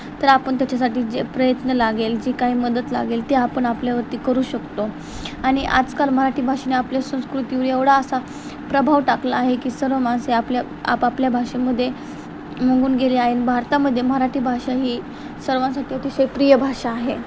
तर आपण त्याच्यासाठी जे प्रयत्न लागेल जे काही मदत लागेल ते आपण आपल्यावरती करू शकतो आणि आजकाल मराठी भाषेने आपल्या संस्कृतीवर एवढा असा प्रभाव टाकला आहे की सर्व माणसे आपल्या आपापल्या भाषेमध्ये मंगून गेले आहे भारतामध्ये मराठी भाषा ही सर्वांसाठी अतिशय प्रिय भाषा आहे